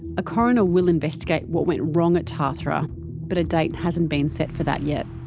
a coroner will investigate what went wrong at tathra but a date hasn't been set for that yet.